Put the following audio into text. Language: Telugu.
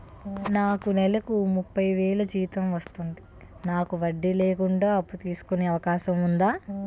నాకు నేలకు ముప్పై వేలు జీతం వస్తుంది నాకు వడ్డీ లేకుండా అప్పు తీసుకునే అవకాశం ఉందా